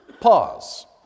pause